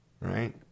right